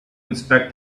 inspect